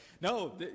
no